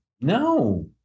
No